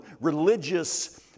religious